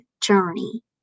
journey